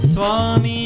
Swami